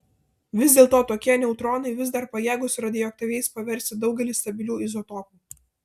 vis dėlto tokie neutronai vis dar pajėgūs radioaktyviais paversti daugelį stabilių izotopų